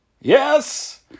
yes